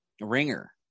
ringer